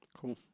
Cool